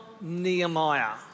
Nehemiah